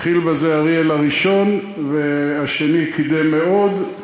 התחיל בזה אריאל הראשון, השני קידם מאוד,